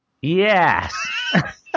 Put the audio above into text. Yes